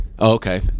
okay